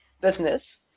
business